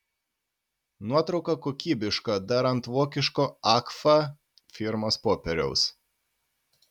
nuotrauka kokybiška dar ant vokiško agfa firmos popieriaus